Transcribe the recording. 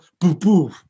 boo-boo